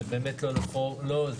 זה באמת לא לכאן.